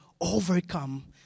overcome